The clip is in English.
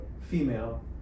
female